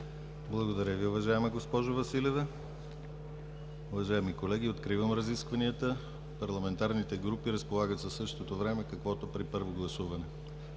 Благодаря Ви, уважаема госпожо Василева. Уважаеми колеги, откривам разискванията. Парламентарните групи разполагат със същото време каквото е и при първо гласуване.